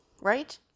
Right